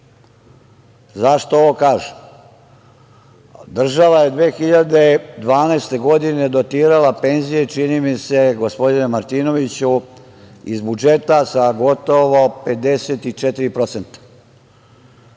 ovo kažem? Država je 2012. godine dotirala penzije, i čini mi se, gospodine Martinoviću iz budžeta, sa gotovo 54%.To